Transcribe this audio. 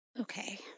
Okay